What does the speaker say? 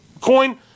coin